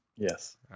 Yes